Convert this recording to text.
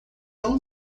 tão